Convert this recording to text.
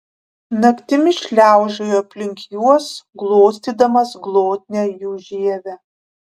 naktimis šliaužiojo aplink juos glostydamas glotnią jų žievę